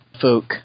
folk